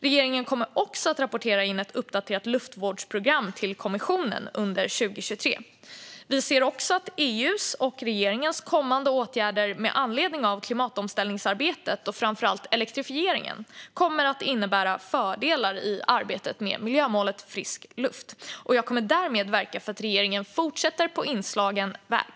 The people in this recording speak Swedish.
Regeringen kommer också att rapportera in ett uppdaterat luftvårdsprogram till EU-kommissionen under 2023. Vi ser också att EU:s och regeringens kommande åtgärder med anledning av klimatomställningsarbetet och framför allt elektrifieringen kommer att innebära fördelar i arbetet med miljömålet Frisk luft. Jag kommer därmed att verka för att regeringen fortsätter på inslagen väg.